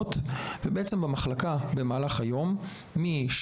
במהלך היום במחלקה,